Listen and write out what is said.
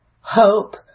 hope